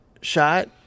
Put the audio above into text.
shot